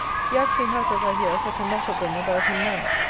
he actually has, as i hear, such a knot of them about him now.